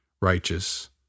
righteous